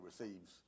receives